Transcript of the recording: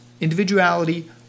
individuality